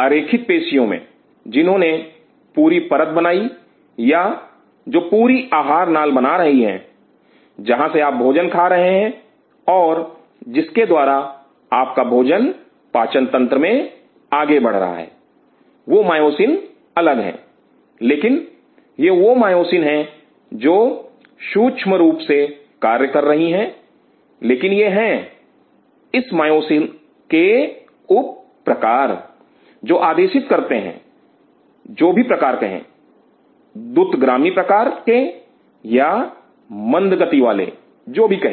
अरेखित पेशियों में जिन्होंने पूरी परत बनाई या जो पूरी आहार नाल बना रही हैं जहां से आप भोजन खा रहे हैं और जिसके द्वारा Refer Time 1113 आपका भोजन पाचन तंत्र में आगे बढ़ रहा है वह मायोसिन अलग हैं लेकिन यह वह मायोसिन हैं जो सूक्ष्म रुप से कार्य कर रही हैं लेकिन यह हैं इस मायोसिन के उप प्रकार जो आदेशित करते हैं जो भी प्रकार कहें द्रुतगामी प्रकार के या मंद गति वाले जो भी कहें